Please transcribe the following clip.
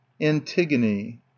Antigone